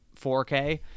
4k